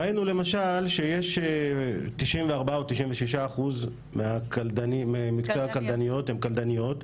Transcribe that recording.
ראינו למשל ש-94% או 96% ממקצוע הקלדניות הן קלדניות.